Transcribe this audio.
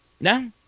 No